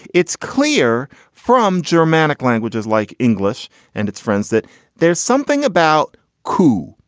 it's clear from germanic languages like english and its friends that there's something about ku.